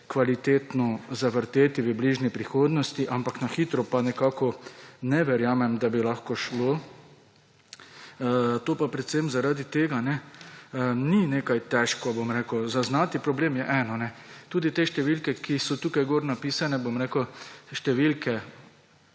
kvalitetno zavrteti v bližnji prihodnosti, ampak na hitro pa nekako ne verjamem, da bi lahko šlo. To predvsem zaradi tega, ker ni posebej težko – bom rekel, zaznati problem je eno. Številke, ki so tukaj napisane, številke